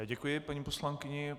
Děkuji paní poslankyni.